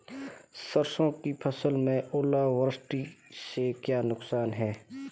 सरसों की फसल में ओलावृष्टि से क्या नुकसान है?